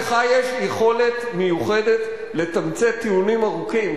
לך יש יכולת מיוחדת לתמצת טיעונים ארוכים.